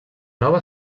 nova